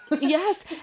Yes